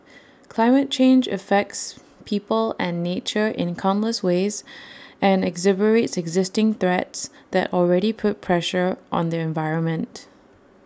climate change affects people and nature in countless ways and exacerbates existing threats that already put pressure on the environment